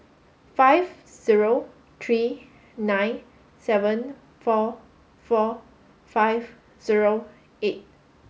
five zero three nine seven four four five zero eight